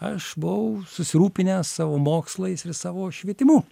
aš buvau susirūpinęs savo mokslais ir savo švietimu